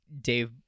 Dave